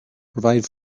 provide